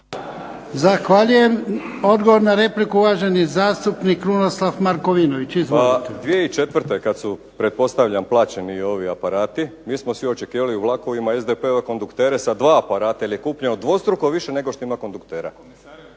Zahvaljujem. Odgovor na repliku uvaženi zastupnik Krunoslav Markovinović. Izvolite. **Markovinović, Krunoslav (HDZ)** Pa 2004. kad su pretpostavljam plaćeni ovi aparati mi smo svi očekivali u vlakovima SDP-ove konduktere sa dva aparata ili kupnje od dvostruko više nego što ima konduktere.